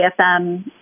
AFM